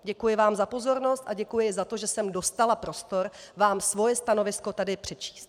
Děkuji vám za pozornost a děkuji za to, že jsem dostala prostor vám svoje stanovisko tady přečíst.